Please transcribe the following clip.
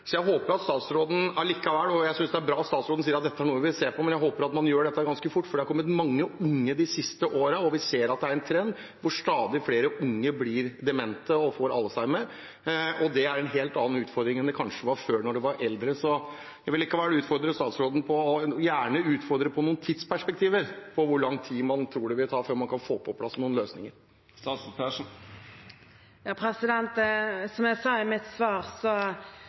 Jeg synes det er bra at statsråden sier at dette er noe hun vil se på om, men jeg håper at man gjør dette ganske fort, for vi har sett en trend de siste årene – at stadig flere unge blir demente og får Alzheimer. Det er en helt annen utfordring enn det kanskje var før, når dette gjaldt eldre. Så jeg vil likevel gjerne utfordre statsråden på noen tidsperspektiver. Hvor lang tid tror man det vil ta før man kan få på plass noen løsninger? Som jeg sa i mitt svar,